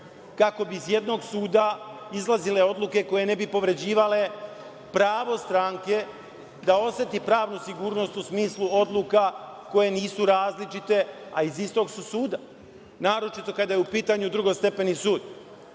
kako bi iz jednog suda izlazile odluke koje ne bi povređivale pravo stranke da oseti pravnu sigurnost u smislu odluka koje nisu različite, a iz istog su suda, naročito kada je u pitanju drugostepeni